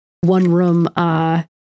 one-room